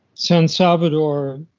san salvador,